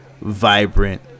vibrant